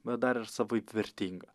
bet dar ir savaip vertinga